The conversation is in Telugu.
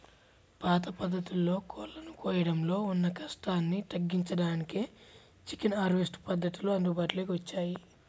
పాత పద్ధతుల్లో కోళ్ళను కోయడంలో ఉన్న కష్టాన్ని తగ్గించడానికే చికెన్ హార్వెస్ట్ పద్ధతులు అందుబాటులోకి వచ్చాయి